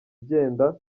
igenda